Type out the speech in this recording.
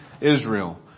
Israel